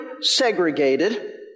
segregated